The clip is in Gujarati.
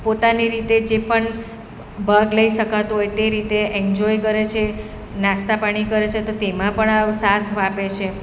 પોતાની રીતે જે પણ ભાગ લઈ શકાતો હોય તે રીતે એન્જોય કરે છે નાસ્તા પાણી કરે છે તો તેમાં પણ આવો સાથ આપે છે